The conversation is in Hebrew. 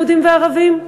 יהודים וערבים?